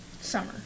summer